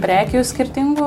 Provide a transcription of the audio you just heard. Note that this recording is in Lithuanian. prekių skirtingų